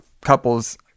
couple's